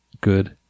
good